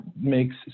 makes